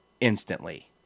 instantly